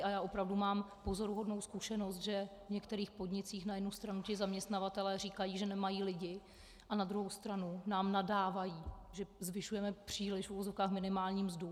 A já mám opravdu pozoruhodnou zkušenost, že v některých podnicích na jednu stranu ti zaměstnavatelé říkají, že nemají lidi, a na druhou stranu nám nadávají, že zvyšujeme příliš minimální mzdu.